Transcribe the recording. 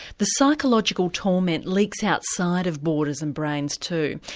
the psychological torment leaks outside of borders and brains too,